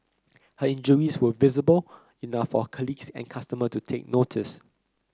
her injuries were visible enough for her colleagues and customer to take notice